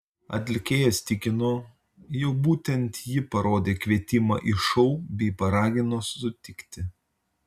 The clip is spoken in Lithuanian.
atlikėjas tikino jog būtent ji parodė kvietimą į šou bei paragino sutikti